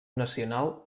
nacional